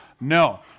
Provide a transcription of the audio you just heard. No